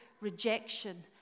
rejection